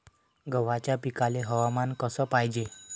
गव्हाच्या पिकाले हवामान कस पायजे?